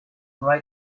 bright